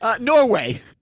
Norway